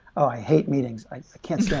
ah i hate meetings. i can't stand